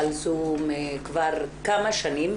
אבל זה כבר כמה שנים,